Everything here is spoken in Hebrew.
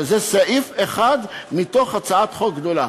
שהיא סעיף אחד מתוך הצעת חוק גדולה.